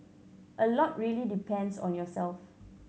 a lot really depends on yourself